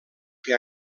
que